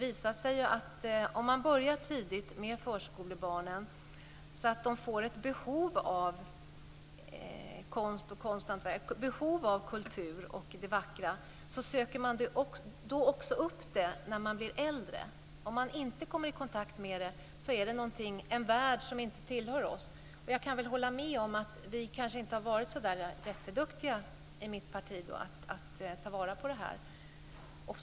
Om man börjar tidigt med förskolebarnen, så att de får ett behov av konst och konsthantverk, av kultur och det vackra, visar det sig att de också söker upp det när de blir äldre. Om de inte kommer i kontakt med detta blir den en värld som inte tillhör dem. Jag kan väl hålla med om att vi i vårt parti kanske inte har varit så jätteduktiga på att ta vara på den här möjligheten.